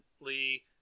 Lee